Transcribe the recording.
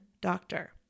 doctor